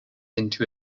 into